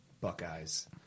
Buckeyes